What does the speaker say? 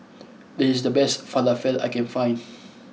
this is the best Falafel I can find